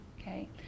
Okay